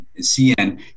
CN